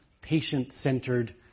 patient-centered